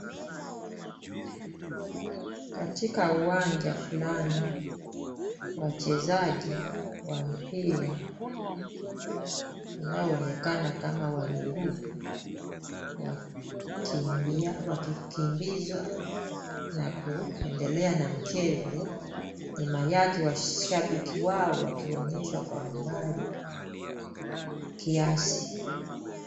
Katika uwanja fulani, wachezaji wa mpira wanao onekana kama wa miguu wakimbia wakikimbizwa na kuendelea na mchezo, nyuma yake washabiki wao wakionyeshwa kwa umbali kiasi.